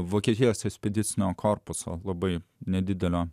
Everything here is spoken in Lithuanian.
vokietijos ekspedicinio korpuso labai nedidelio